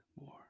more